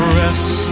rest